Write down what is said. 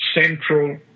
central